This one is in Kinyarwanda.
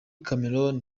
cameroun